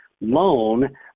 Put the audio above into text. loan